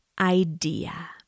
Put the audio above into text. idea